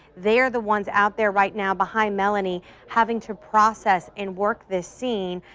they're the ones out there right now behind melanie having to process and work this scene,